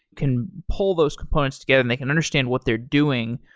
can pull those components together and they can understand what they're doing,